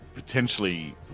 potentially